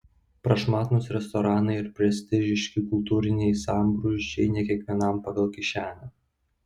prašmatnūs restoranai ir prestižiški kultūriniai sambrūzdžiai ne kiekvienam pagal kišenę